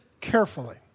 carefully